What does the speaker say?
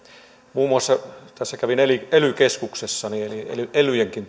muun muassa kävin ely keskuksessa eli elyjenkin